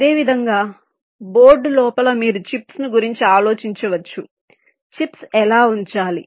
అదేవిధంగా బోర్డు లోపల మీరు చిప్స్ గురించి ఆలోచించవచ్చు చిప్స్ ఎలా ఉంచాలి